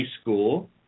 school